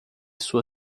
sua